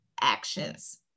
actions